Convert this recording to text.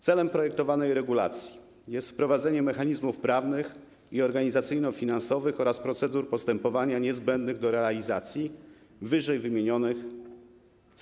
Celem projektowanej regulacji jest wprowadzenie mechanizmów prawnych i organizacyjno-finansowych oraz procedur postępowania niezbędnych do realizacji wymienionych zadań.